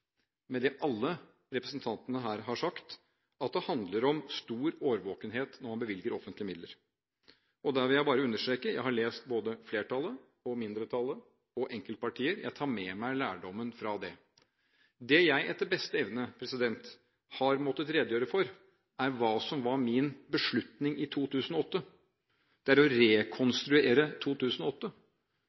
med å si: Ja, jeg er helt enig i det alle representantene her har sagt, at det handler om stor årvåkenhet når man bevilger offentlige midler. Der vil jeg bare understreke: Jeg har lest både flertallet, mindretallet og enkeltpartier. Jeg tar med meg lærdommen fra det. Det jeg etter beste evne har måttet redegjøre for, er hva som var min beslutning i 2008 – rekonstruere 2008.